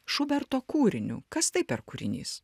šuberto kūriniu kas tai per kūrinys